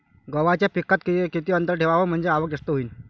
गव्हाच्या पिकात किती अंतर ठेवाव म्हनजे आवक जास्त होईन?